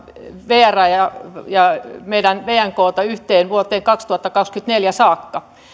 vrää ja ja meidän meidän vnkta yhteen vuoteen kaksituhattakaksikymmentäneljä saakka